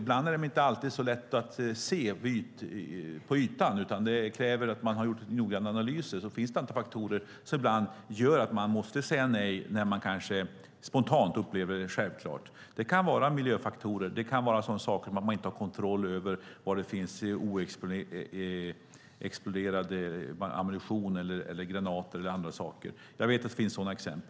Ibland är de inte alltid så lätta att se på ytan. Det kräver att man har gjort noggranna analyser. Det finns ett antal faktorer som gör att man ibland måste säga nej när man kanske spontant upplever att det är självklart. Det kan vara miljöfaktorer eller sådana saker som att man inte har kontroll över var det finns oexploderad ammunition, granater eller andra saker. Jag vet att det finns sådana exempel.